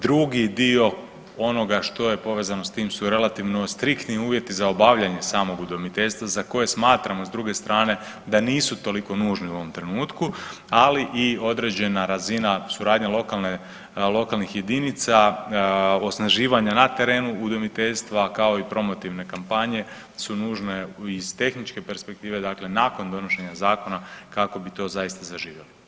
Drugi dio onoga što je povezano sa tim su relativno striktni uvjeti za obavljanje samog udomiteljstva za koje smatramo s druge strane da nisu toliko nužni u ovom trenutku, ali i određena razina suradnje lokalnih jedinica, osnaživanje na terenu udomiteljstva kao i promotivne kampanje su nužne iz tehničke perspektive, dakle nakon donošenja zakona kako bi to zaista zaživjelo.